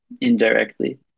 indirectly